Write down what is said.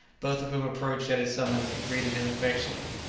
both of whom approached at his summons and greeted him affectionately.